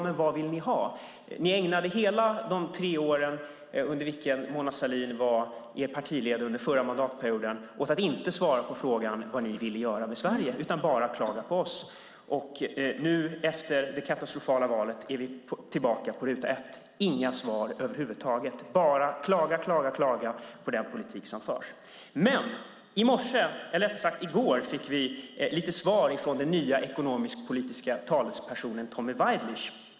Men vad vill ni ha? Ni ägnade alla de tre år under vilka Mona Sahlin var er partiledare under förra mandatperioden åt att inte svara på frågan vad ni ville göra för Sverige utan bara klagade på oss. Nu efter det katastrofala valet är vi tillbaka på ruta ett: Inga svar över huvud taget, bara klaga, klaga, klaga på den politik som förs. Men i går fick vi lite svar från den nya ekonomisk-politiska talespersonen Tommy Waidelich.